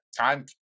time